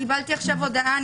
קיבלתי עכשיו הודעה,